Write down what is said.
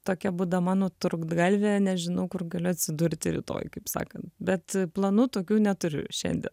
tokia būdama nutrūktgalvė nežinau kur galiu atsidurti rytoj kaip sakant bet planų tokių neturiu šiandien